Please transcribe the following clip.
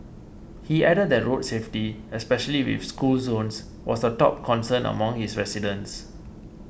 he added that road safety especially with school zones was the top concern among his residents